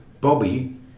Bobby